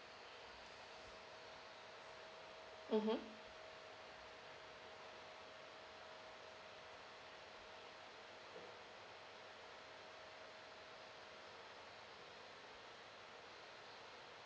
mmhmm